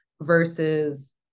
versus